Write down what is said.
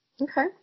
Okay